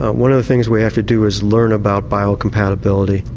one of the things we have to do is learn about bio-compatibility.